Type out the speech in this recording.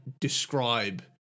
describe